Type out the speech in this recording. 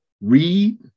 Read